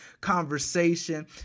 conversation